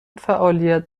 فعالیت